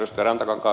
vielä kerran